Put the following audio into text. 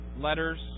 letters